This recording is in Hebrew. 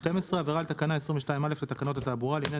(12) עבירה על תקנה 22(א) לתקנות התעבורה לעניין